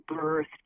birth